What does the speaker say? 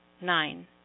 Nine